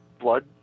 blood